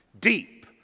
Deep